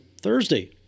Thursday